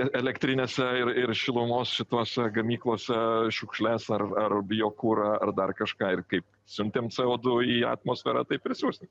elektrinėse ir šilumos šituose gamyklose šiukšles ar ar biokurą ar dar kažką ir kaip siuntėm co du į atmosferą taip ir siųsim